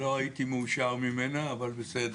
לא הייתי מאושר ממנה, אבל בסדר.